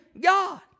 God